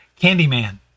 Candyman